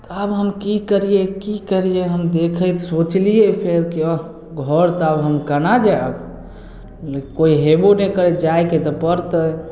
तऽ आब हम की करियै की करियै हम देखैत सोचलियै फेर कि एना घर तऽ आब हम केना जायब कोइ हेबो नइ करय जाइके तऽ पड़तै